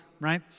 right